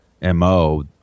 mo